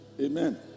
Amen